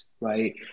right